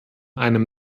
einem